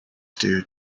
stew